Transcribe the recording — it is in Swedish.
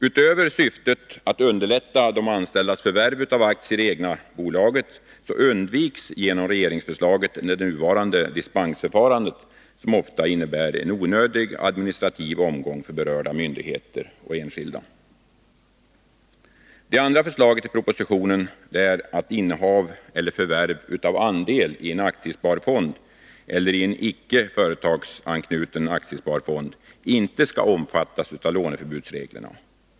Utöver syftet att underlätta de anställdas förvärv av aktier i det egna bolaget undviks genom regeringens förslag det nuvarande dispensförfarandet, som ofta innebär en onödig administrativ omgång för berörda myndigheter och enskilda. Det andra förslaget i propositionen är att innehav eller förvärv av andeli en aktiefond eller i en icke företagsanknuten aktiesparfond inte skall omfattas av låneförbudsreglerna.